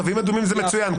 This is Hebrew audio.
קווים אדומים, זה מצוין.